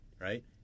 right